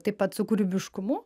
taip pat su kūrybiškumu